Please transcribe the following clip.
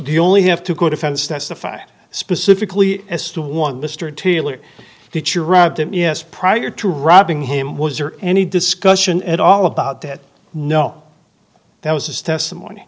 do you only have to go defense testified specifically as to one mr taylor did you robbed him yes prior to robbing him was there any discussion at all about that no that was his testimony